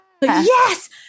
yes